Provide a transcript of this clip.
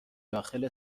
داخل